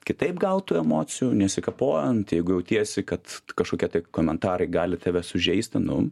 kitaip gal tų emocijų nesikapojant jeigu jautiesi kad kažkokia tai komentarai gali tave sužeisti nu